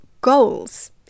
goals